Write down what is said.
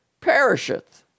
perisheth